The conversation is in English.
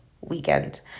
weekend